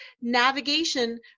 navigation